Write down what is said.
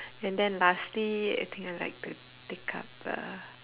and then lastly I think I would like to take up uh